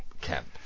Camp